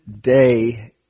day